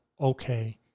okay